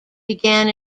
began